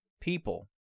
people